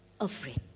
afraid